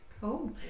Cool